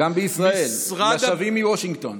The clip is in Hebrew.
גם בישראל, לשבים מוושינגטון.